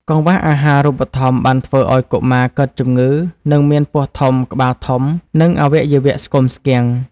កង្វះអាហារូបត្ថម្ភបានធ្វើឱ្យកុមារកើតជំងឺ ដែលមានពោះធំ ក្បាលធំ និងអវយវៈស្គមស្គាំង។